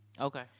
Okay